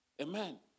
Amen